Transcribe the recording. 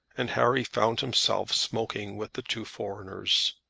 and harry found himself smoking with the two foreigners.